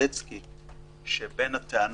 החלטתה 10 ימים או 15 יום לפני תום 45